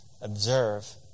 Observe